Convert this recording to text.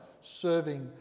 serving